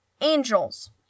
angels